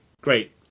great